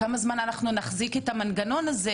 כמה זמן אנחנו נחזיק את המנגנון הזה